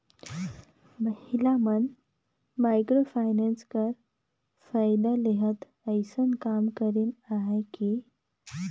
महिला मन micro finance कर फएदा लेहत अइसन काम करिन अहें कि